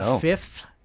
fifth